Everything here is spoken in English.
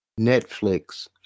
Netflix